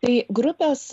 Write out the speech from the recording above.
tai grupės